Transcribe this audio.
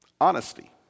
Honesty